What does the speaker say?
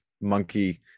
monkey